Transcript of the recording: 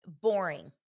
Boring